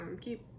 keep